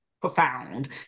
profound